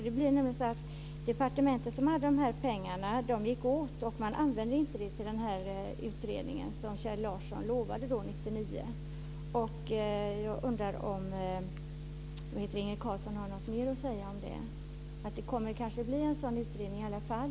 De pengar som departementet hade gick åt, och man använde dem inte till den utredning som Kjell Larsson utlovade år 1999. Jag undrar om Inge Carlsson har något mer att säga om det. Det kanske kommer att bli en utredning i alla fall.